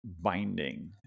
binding